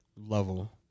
level